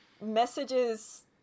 messages